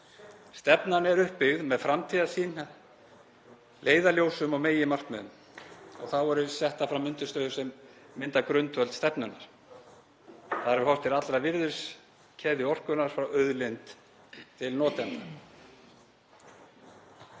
Stefnan er uppbyggð með framtíðarsýn, leiðarljósum og meginmarkmiðum. Þá eru settar fram undirstöður sem mynda grundvöll stefnunnar. Þar er horft til allrar virðiskeðju orkunnar, frá auðlind til notanda.“